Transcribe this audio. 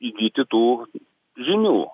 įgyti tų žinių